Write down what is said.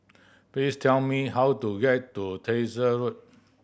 please tell me how to get to Tyersall Road